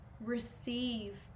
receive